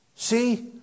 See